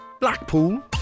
Blackpool